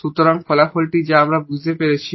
সুতরাং এই ফলাফলটি যা আমরা বুঝতে পেরেছি